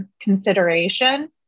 consideration